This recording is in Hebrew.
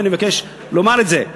ואני מבקש לומר את זה,